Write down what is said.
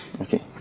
Okay